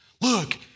Look